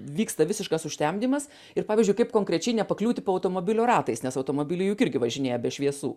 vyksta visiškas užtemdymas ir pavyzdžiui kaip konkrečiai nepakliūti po automobilio ratais nes automobiliai juk irgi važinėja be šviesų